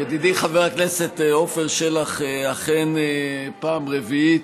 ידידי חבר הכנסת עפר שלח, אכן, פעם רביעית.